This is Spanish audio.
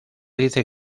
dice